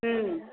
ಹ್ಞೂ